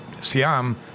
siam